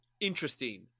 interesting